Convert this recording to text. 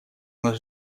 нас